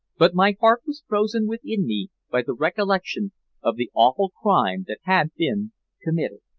but my heart was frozen within me by the recollection of the awful crime that had been committed.